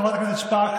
חברת הכנסת שפק,